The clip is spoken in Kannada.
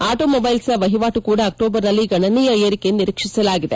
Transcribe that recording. ಆಟೋಮೊಬೈಲ್ಸ್ನ ವಹಿವಾಟು ಕೂಡ ಅಕ್ಲೋಬರ್ನಲ್ಲಿ ಗಣನೀಯ ಏರಿಕೆ ನಿರೀಕ್ಷಿಸಲಾಗಿದೆ